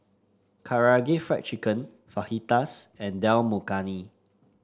Karaage Fried Chicken Fajitas and Dal Makhani